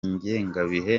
ngengabihe